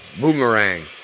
Boomerang